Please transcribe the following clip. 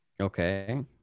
Okay